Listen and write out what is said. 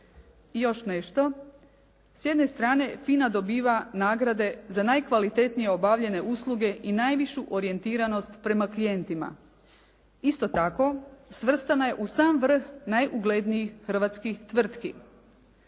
I još nešto. S jedne strane FINA dobiva nagrade za najkvalitetnije obavljene usluge i najvišu orijentiranost prema klijentima. Isto tako svrstana je u sam vrh najuglednijih hrvatskih tvrtki.